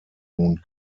nun